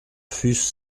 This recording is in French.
fussent